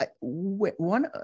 one